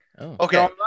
Okay